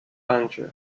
anger